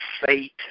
fate